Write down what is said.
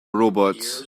robots